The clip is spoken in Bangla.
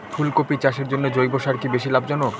ফুলকপি চাষের জন্য জৈব সার কি বেশী লাভজনক?